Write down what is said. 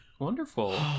wonderful